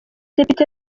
depite